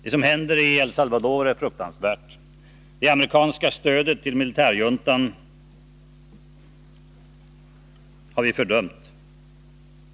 Det som händer i El Salvador är fruktansvärt. Det amerikanska stödet till militärjuntan har vi fördömt.